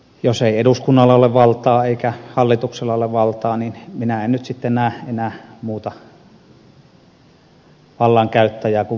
jos ei eduskunnalla ole valtaa eikä hallituksella ole valtaa niin minä en nyt sitten näe enää muuta vallankäyttäjää kuin virkamieskunta